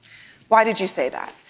why did you say that?